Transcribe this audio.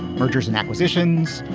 mergers and acquisitions,